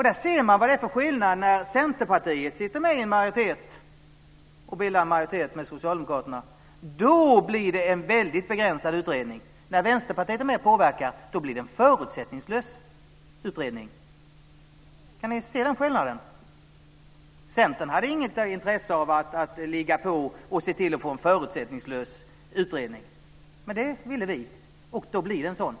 Där ser man vad det är för skillnad när Centerpartiet bildar majoritet tillsammans med Socialdemokraterna! Då blir det en väldigt begränsad utredning. Men när Vänsterpartiet är med och påverkar blir det en förutsättningslös utredning. Kan ni se skillnaden där? Centern hade inget intresse av att ligga på och se till att få en förutsättningslös utredning. Det ville vi, och då blir det en sådan.